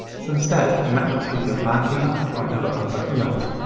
so, instead, you might want to use your banking app or another app like yolt.